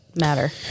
matter